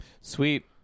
Sweet